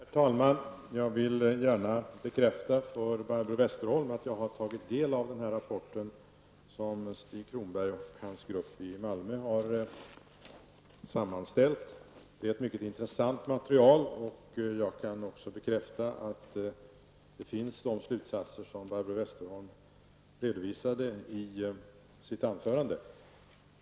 Herr talman! Jag vill gärna bekräfta för Barbro Westerholm att jag har tagit del av den rapport som Stig Cronberg och hans grupp i Malmö har sammanställt. Det är ett mycket intressant material, och jag kan även bekräfta att de slutsatser som Barbro Westerholm redovisade i sitt anförande finns.